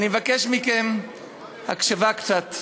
אני מבקש מכם הקשבה קצת.